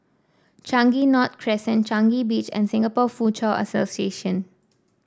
Changi North Crescent Changi Beach and Singapore Foochow Association